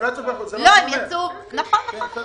נכון.